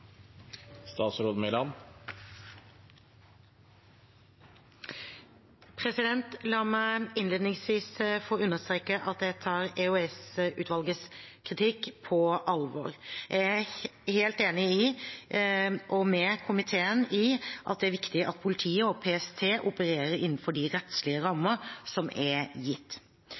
La meg innledningsvis få understreke at jeg tar EOS-utvalgets kritikk på alvor. Jeg er helt enig med komiteen i at det er viktig at politiet og PST opererer innenfor de rettslige rammer som er gitt.